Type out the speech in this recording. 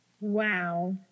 Wow